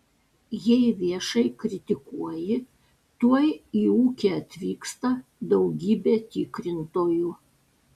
jei viešai kritikuoji tuoj į ūkį atvyksta daugybė tikrintojų